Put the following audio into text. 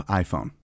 iPhone